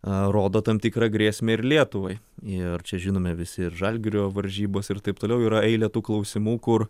rodo tam tikrą grėsmę ir lietuvai ir čia žinome visi ir žalgirio varžybos ir taip toliau yra eilė tų klausimų kur